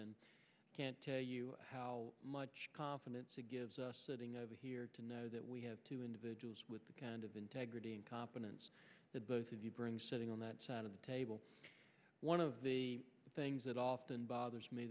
i can't tell you how much confidence a gives us sitting over here to know that we have two individuals with the kind of integrity and competence that both of you bring sitting on that side of the table one of the things that often bothers me